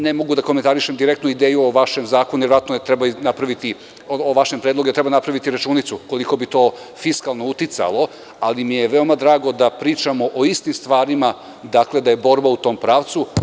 Ne mogu da komentarišem direktnu ideju o vašem predlogu, jer treba napraviti računicu koliko bi to fiskalno uticalo, ali mi je veoma drago da pričamo o istim stvarima, dakle da je borba u tom pravcu.